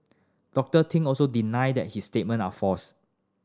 Doctor Ting also denies that his statement are false